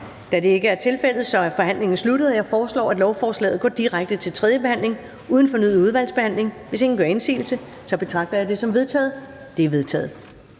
Da det ikke er tilfældet, er forhandlingen sluttet. Jeg foreslår, at lovforslaget går direkte til tredje behandling uden fornyet udvalgsbehandling. Hvis ingen gør indsigelse, betragter jeg det som vedtaget. Det er vedtaget.